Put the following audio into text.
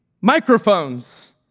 microphones